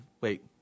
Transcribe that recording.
Wait